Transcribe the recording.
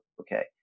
okay